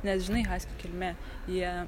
nes žinai haskių kilmė jie